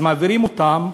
אז מעבירים אותם,